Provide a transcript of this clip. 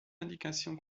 indication